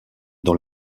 dans